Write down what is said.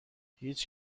هیچ